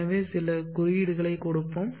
எனவே சில குறியீடுகளை கொடுப்போம்